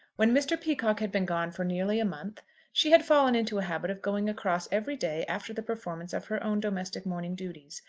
when mr. peacocke had been gone for nearly a month she had fallen into a habit of going across every day after the performance of her own domestic morning duties,